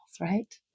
right